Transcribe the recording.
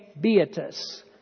beatus